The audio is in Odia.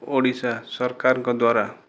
ଓଡ଼ିଶା ସରକାରଙ୍କ ଦ୍ୱାରା